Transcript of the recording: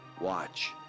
watch